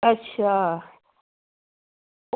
अच्छा